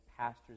pastors